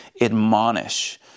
admonish